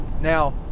Now